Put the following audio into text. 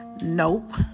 Nope